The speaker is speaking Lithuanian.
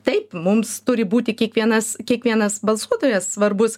taip mums turi būti kiekvienas kiekvienas balsuotojas svarbus